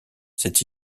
s’est